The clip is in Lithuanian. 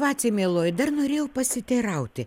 vace mieloji dar norėjau pasiteirauti